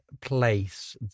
place